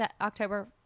October